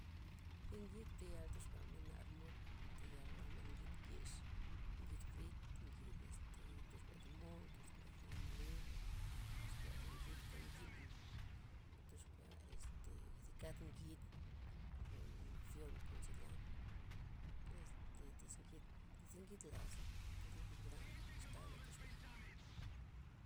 Thi ngid tayal tyox kuamen nar mod, tayal jwa'men ngid kex', ngid frit, ngid este tyoxkua zi mol, tyoxkua zi amarriyo', tyoxkua zi ngid kon yi'na', tyoxkua este zi kad ngid kon bsion, kon silantr, este tiz ngid lasa' tiz ngid granja' pues thagei tyoskuai.